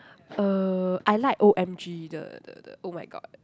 uh I like O_M_G the the the oh-my-god